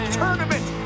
tournament